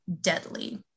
deadly